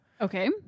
Okay